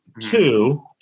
two